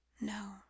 No